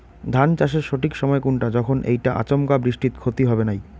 ধান চাষের সঠিক সময় কুনটা যখন এইটা আচমকা বৃষ্টিত ক্ষতি হবে নাই?